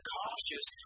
cautious